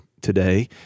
today